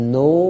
no